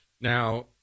Now